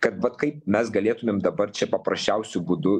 kad vat kaip mes galėtumėm dabar čia paprasčiausiu būdu